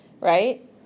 right